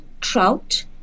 trout